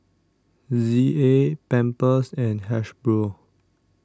Z A Pampers and Hasbro